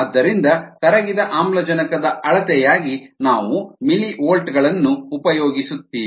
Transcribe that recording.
ಆದ್ದರಿಂದ ಕರಗಿದ ಆಮ್ಲಜನಕದ ಅಳತೆಯಾಗಿ ನಾವು ಮಿಲಿವೋಲ್ಟ್ ಗಳನ್ನು ಉಪಯೋಗಿಸುತ್ತೀವಿ